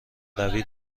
روی